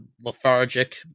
lethargic